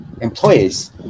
employees